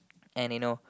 and you know